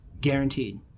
guaranteed